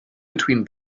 between